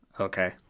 Okay